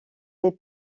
des